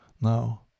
Now